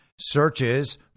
Searches